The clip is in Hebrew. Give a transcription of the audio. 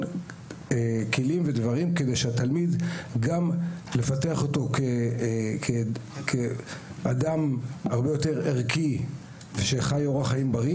כלים כדי לפתח את התלמיד גם כאדם יותר ערכי שחי אורח חיים בריא